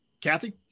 Kathy